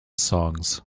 songs